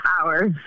hours